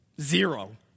Zero